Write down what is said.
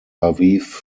aviv